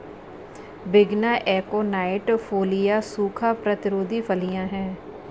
विग्ना एकोनाइट फोलिया सूखा प्रतिरोधी फलियां हैं